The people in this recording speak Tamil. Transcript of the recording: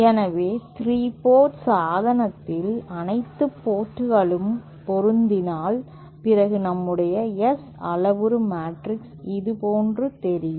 எனவே 3 போர்ட் சாதனத்தில் அனைத்து போர்டுகளும் பொருந்தினால் பிறகு நம்முடைய S அளவுரு மேட்ரிக்ஸ் இது போன்று தெரியும்